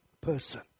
person